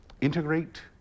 integrate